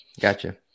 Gotcha